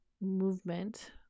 movement